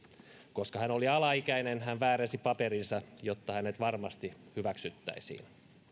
koska hän oli alaikäinen hän väärensi paperinsa jotta hänet varmasti hyväksyttäisiin